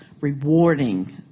rewarding